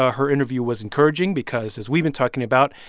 ah her interview was encouraging because, as we've been talking about,